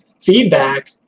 feedback